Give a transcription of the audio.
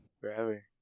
Forever